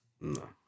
no